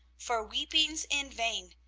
for weeping's in vain,